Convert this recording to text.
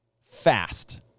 fast